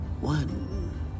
One